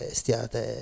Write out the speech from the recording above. stiate